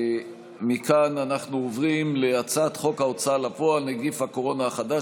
מכאן אנחנו עוברים להצעת חוק ההוצאה לפועל (נגיף הקורונה החדש,